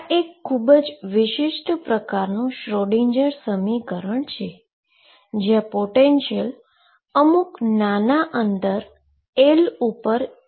આ એક ખુબ જ વિશિષ્ટ પ્રકારનુ શ્રોડિંજર સમીકરણ છે જ્યાં પોટેંશીઅલ અમુક નાના અંતર L પર ∞ થાય છે